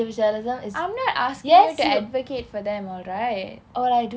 I'm not asking you to advocate for them all right